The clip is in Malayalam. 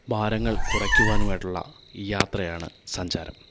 ഭാരങ്ങൾ കുറയ്ക്കുവാനും ആയിട്ടുള്ള യാത്രയാണ് സഞ്ചാരം